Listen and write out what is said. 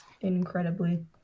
Incredibly